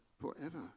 forever